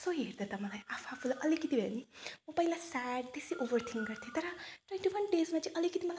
यसो हेर्दा त मलाई आफू आफूलाई अलिकति भए पनि म पहिला स्याड त्यसै ओभर थिङ्क गर्थेँ तर ट्वेन्टी वान डेजमा चाहिँ अलिकति मलाई